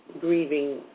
grieving